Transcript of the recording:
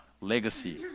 legacy